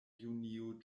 junio